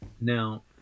Now